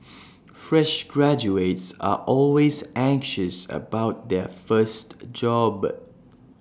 fresh graduates are always anxious about their first job